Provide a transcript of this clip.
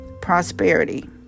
Prosperity